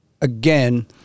again